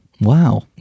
Wow